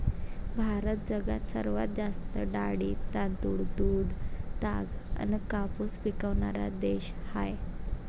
भारत जगात सर्वात जास्त डाळी, तांदूळ, दूध, ताग अन कापूस पिकवनारा देश हाय